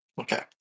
Okay